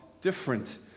different